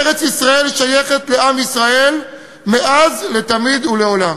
ארץ-ישראל שייכת לעם ישראל מאז, לתמיד ולעולם.